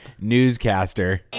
newscaster